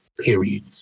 period